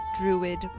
druid